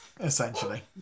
essentially